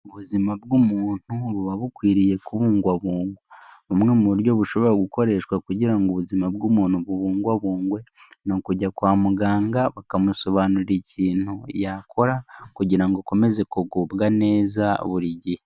Ubuzima bw'umuntu buba bukwiriye kubungwabungwa, bumwe mu buryo bushobora gukoreshwa kugira ngo ubuzima bw'umuntu bubungwabungwe, ni ukujya kwa muganga bakamusobanurira ikintu yakora kugira ngo akomeze kugubwa neza buri gihe.